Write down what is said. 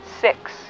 six